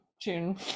june